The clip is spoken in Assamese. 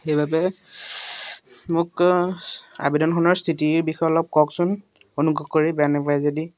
সেইবাবে মোক আবেদনখনৰ স্থিতিৰ বিষয়ে অলপ কওকচোন অনুগ্ৰহ কৰি বেয়া নেপায় যদি